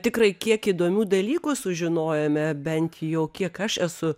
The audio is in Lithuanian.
tikrai kiek įdomių dalykų sužinojome bent jau kiek aš esu